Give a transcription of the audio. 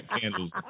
candles